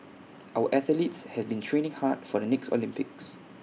our athletes have been training hard for the next Olympics